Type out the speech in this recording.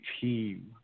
team